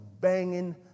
banging